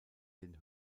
den